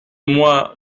moi